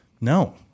No